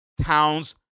Towns